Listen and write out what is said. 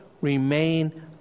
remain